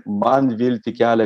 man viltį kelia